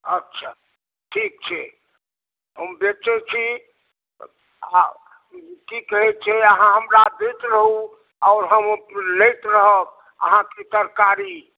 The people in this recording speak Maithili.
अच्छा ठीक छै हम बेचैत छी आ कि कहैत छै अहाँ हमरा दैत रहु आओर हम ओ लैत रहब अहाँके तरकारी